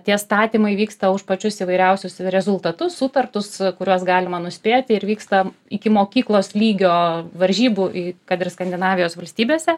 tie statymai vyksta už pačius įvairiausius rezultatus sutartus kuriuos galima nuspėti ir vyksta iki mokyklos lygio varžybų į kad ir skandinavijos valstybėse